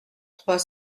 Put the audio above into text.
trois